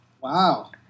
Wow